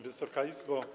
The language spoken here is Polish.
Wysoka Izbo!